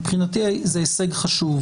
מבחינתי זה הישג חשוב,